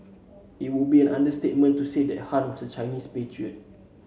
it would be an understatement to say that Han was a Chinese patriot